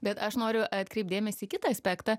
bet aš noriu atkreipt dėmesį į kitą aspektą